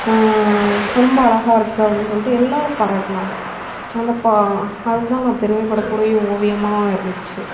ரொம்ப அழகாக இருக்குது அப்படின் சொல்லிட்டு எல்லாேரும் பாராட்டினாங்க அந்த பா அது தான் நான் பெருமைப்படக்கூடிய ஓவியமாக இருந்துச்சு